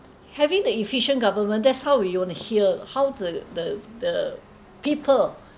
having the efficient government that's how we wanna hear how the the the people